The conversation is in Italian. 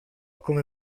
come